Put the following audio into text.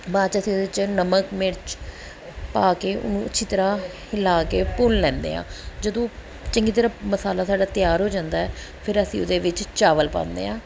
ਬਾਅਦ 'ਚ ਅਸੀਂ ਉਹਦੇ 'ਚ ਨਮਕ ਮਿਰਚ ਪਾ ਕੇ ਉਹਨੂੰ ਅੱਛੀ ਤਰ੍ਹਾਂ ਹਿਲਾ ਕੇ ਭੁੰਨ ਲੈਦੇ ਹਾਂ ਜਦੋਂ ਚੰਗੀ ਤਰ੍ਹਾਂ ਮਸਾਲਾ ਸਾਡਾ ਤਿਆਰ ਹੋ ਜਾਂਦਾ ਫਿਰ ਅਸੀਂ ਉਹਦੇ ਵਿੱਚ ਚਾਵਲ ਪਾਉਂਦੇ ਹਾਂ